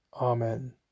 Amen